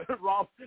Rob